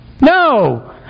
No